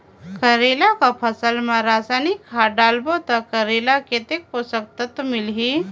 करेला के फसल मा रसायनिक खाद डालबो ता करेला कतेक पोषक तत्व मिलही?